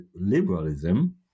liberalism